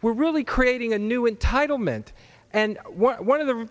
we're really creating a new entitlement and one of the